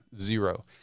zero